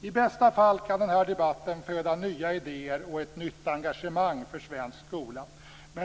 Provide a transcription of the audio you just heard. I bästa fall kan den här debatten föda nya idéer och ett nytt engagemang för svensk skola.